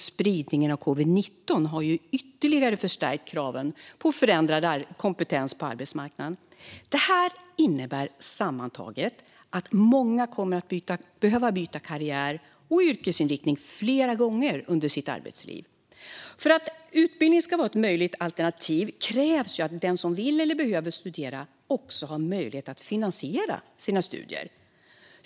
Spridningen av covid-19 har ytterligare förstärkt kraven på förändrad kompetens på arbetsmarknaden. Det här innebär sammantaget att många kommer att behöva byta karriär och yrkesinriktning flera gånger under sitt arbetsliv. För att utbildning ska vara ett möjligt alternativ krävs att den som vill eller behöver studera också har möjlighet att finansiera sina studier.